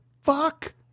fuck